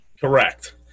Correct